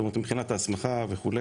מבחינת ההסמכה וכו',